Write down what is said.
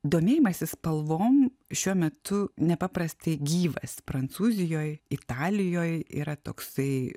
domėjimasis spalvom šiuo metu nepaprastai gyvas prancūzijoj italijoj yra toksai